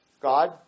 God